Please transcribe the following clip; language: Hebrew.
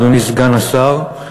אדוני סגן השר,